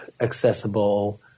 accessible